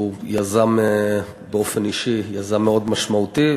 הוא באופן אישי יזם מאוד משמעותי,